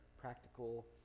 practical